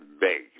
big